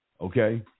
okay